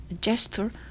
gesture